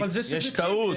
יש טעות,